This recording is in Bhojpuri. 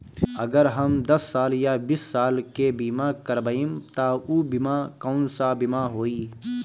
अगर हम दस साल या बिस साल के बिमा करबइम त ऊ बिमा कौन सा बिमा होई?